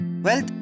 Wealth